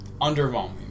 underwhelming